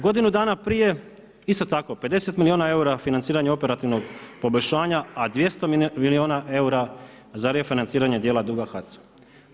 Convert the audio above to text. Godinu dana prije, isto tako 50 milijuna eura, financiranje operativnog poboljšanja, a 200 milijuna eura, za refinanciranje dijela duga HAC-u.